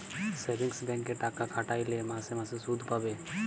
savings ব্যাংকে টাকা খাটাইলে মাসে মাসে সুদ পাবে